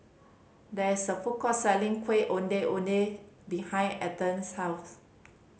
there is a food court selling Ondeh Ondeh behind Ether's house